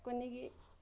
কণী